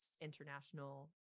International